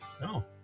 No